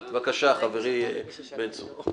בבקשה, חברי בן צור.